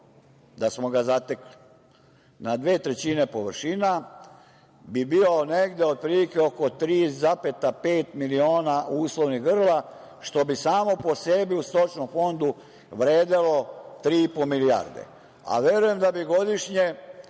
da smo ga zatekli, na dve trećine površina bi bio negde otprilike oko 3,5 miliona uslovnih grla, što bi samo po sebi u stočnom fondu vredelo 3,5 milijarde, a verujem da bi godišnje